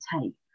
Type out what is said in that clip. take